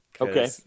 Okay